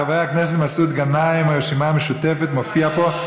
חבר הכנסת מסעוד גנאים מהרשימה המשותפת מופיע פה,